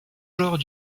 genre